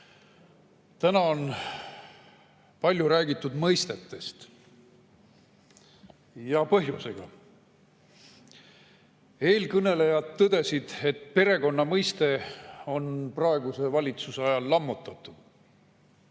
Täna on palju räägitud mõistetest ja põhjusega. Eelkõnelejad tõdesid, et perekonna mõiste on praeguse valitsuse ajal lammutatud.